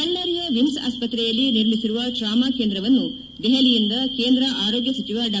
ಬಳ್ಳಾರಿಯ ವಿಮ್ಸ್ ಆಸ್ಪತ್ರೆಯಲ್ಲಿ ನಿರ್ಮಿಸಿರುವ ಟ್ರಾಮಾ ಕೇಂದ್ರವನ್ನು ದೆಹಲಿಯಿಂದ ಕೇಂದ್ರ ಆರೋಗ್ಯ ಸಚಿವ ಡಾ